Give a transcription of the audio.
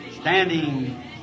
Standing